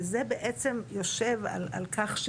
וזה בעצם יושב על כך,